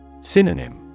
Synonym